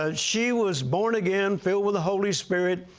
ah she was born again, filled with the holy spirit,